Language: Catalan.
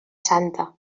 santa